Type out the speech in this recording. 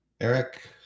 Eric